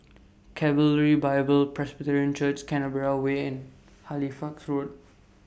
Calvary Bible Presbyterian Church Canberra Way and Halifax Road